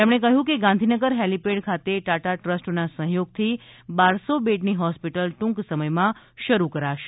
તેમણે કહ્યું કે ગાંધીનગર હેલીપેડ ખાતે ટાટા ટ્રસ્ટના સહયોગથી બારસો બેડની હોસ્પિટલ ટુંક સમયમાં શરૂ કરાશે